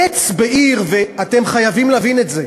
לעץ בעיר, ואתם חייבים להבין את זה,